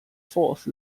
force